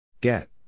Get